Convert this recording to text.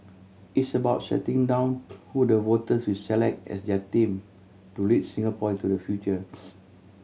it's about setting down who the voters will select as their team to lead Singapore into the future